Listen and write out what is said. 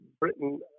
Britain